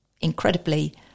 incredibly